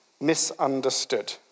misunderstood